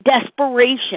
desperation